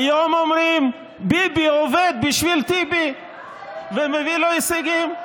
היום אומרים: ביבי עובד בשביל טיבי ומביא לו הישגים.